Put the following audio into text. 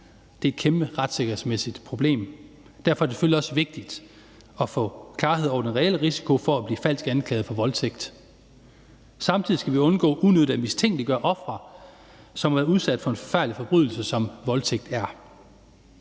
Det er et kæmpe retssikkerhedsmæssigt problem. Derfor er det selvfølgelig også vigtigt at få klarhed over den reelle risiko for at blive falsk anklaget for voldtægt. Samtidig skal vi undgå unødig at mistænkeliggøre ofre, som har været udsat for en forfærdelig forbrydelse, som voldtægt er.